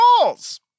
balls